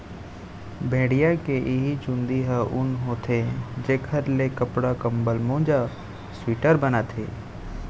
भेड़िया के इहीं चूंदी ह ऊन होथे जेखर ले कपड़ा, कंबल, मोजा, स्वेटर बनथे